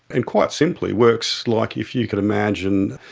and quite simply works like, if you could imagine,